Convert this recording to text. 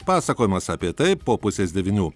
pasakojimas apie tai po pusės devynių